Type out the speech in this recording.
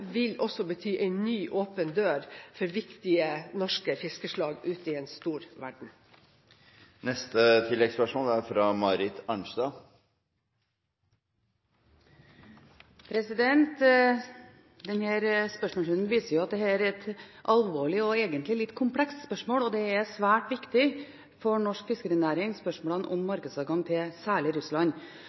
også vil bety en ny åpen dør for viktige norske fiskeslag ute i en stor verden. Marit Arnstad – til oppfølgingsspørsmål. Denne spørsmålsrunden viser at dette er et alvorlig og egentlig komplekst spørsmål, og disse spørsmålene om markedsadgang er svært viktig for norsk fiskerinæring – særlig til Russland.